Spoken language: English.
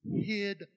hid